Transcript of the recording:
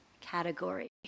category